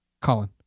Colin